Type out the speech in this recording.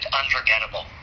unforgettable